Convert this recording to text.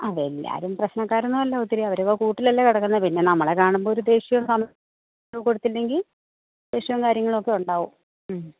ആ എല്ലാവരും പ്രശ്നക്കാരൊന്നുമല്ല ഒത്തിരി അവരൊക്കെ കൂട്ടിൽ അല്ലേ കിടക്കുന്നത് പിന്നെ നമ്മളെ കാണുമ്പോൾ ഒരു ദേഷ്യവും കൊടുത്തില്ലെങ്കിൽ ദേഷ്യയവും കാര്യങ്ങളും ഒക്കെ ഉണ്ടാവും ഉം